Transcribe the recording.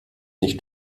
nicht